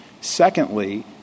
Secondly